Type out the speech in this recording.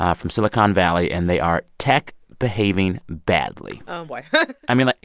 um from silicon valley. and they are tech behaving badly oh, boy i mean, like